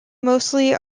mostly